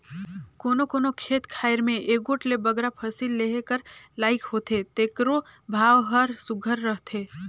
कोनो कोनो खेत खाएर में एगोट ले बगरा फसिल लेहे कर लाइक होथे तेकरो भाव हर सुग्घर रहथे